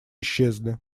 исчезли